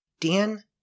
Dan